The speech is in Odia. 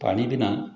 ପାଣି ବିନା